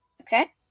Okay